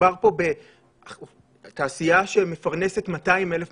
מדובר פה בתעשייה שמפרנסת 200,000 משפחות,